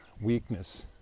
weakness